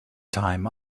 time